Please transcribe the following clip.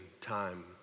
time